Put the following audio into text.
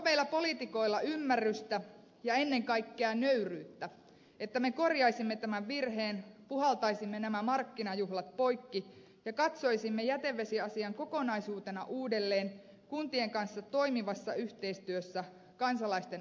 onko meillä poliitikoilla ymmärrystä ja ennen kaikkea nöyryyttä että me korjaisimme tämän virheen puhaltaisimme nämä markkinajuhlat poikki ja katsoisimme jätevesiasian kokonaisuutena uudelleen kuntien kanssa toimivassa yhteistyössä kansalaisten oikeusturvan varmistaen